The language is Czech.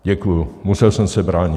Děkuju, musel jsem se bránit.